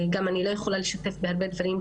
אני גם לא יכולה לשתף בהרבה דברים,